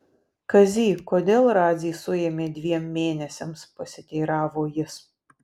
kazy kodėl radzį suėmė dviem mėnesiams pasiteiravo jis